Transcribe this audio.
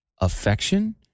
Affection